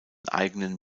eigenen